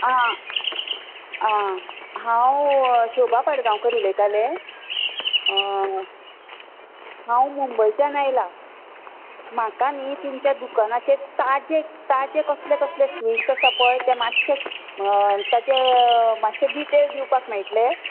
आं आं हांव शोभा पाडगांवकार उलयतालें हांव मुंबयच्यान आयलां म्हाका न्हय तुमच्या दुकानाचें ताजे ताजे कसले कसले स्वीट्स आसा पळय ते मात्शे ताचे मात्शें डिटेल दिवपाक मेळटले